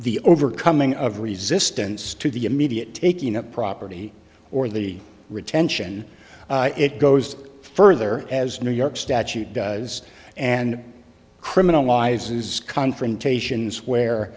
the overcoming of resistance to the immediate taking of property or the retention it goes further as new york statute does and criminalizes confrontations where